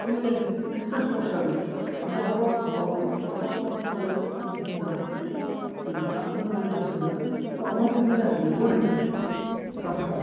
ସିଏ ନିଶ୍ଚୟ ସ୍ପୋର୍ଟସ୍ ଦୌଡ଼ ଦୌଡ଼ ଏ ବର୍ତ୍ତମାନ ସମୟରେ ଦୁତି ଚାନ୍ଦ ସିଏ ତାଙ୍କ ମନରେ ବି ଇଚ୍ଛା ଥିଲା ସେ ଅଲମ୍ପିକ୍ ବି ଯାଇଥିଲେ ଓଡ଼ିଶାରୁ ଖାସ୍ କରି